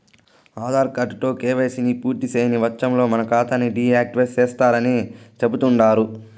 ఆదార్ కార్డుతో కేవైసీని పూర్తిసేయని వచ్చంలో మన కాతాని డీ యాక్టివేటు సేస్తరని కూడా చెబుతండారు